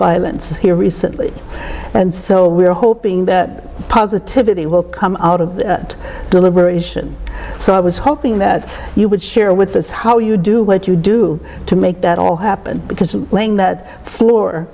violence here recently and so we're hoping that positivity will come out of that deliberation so i was hoping that you would share with us how you do what you do to make that all happen because i'm laying that floor